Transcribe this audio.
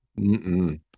Mm-mm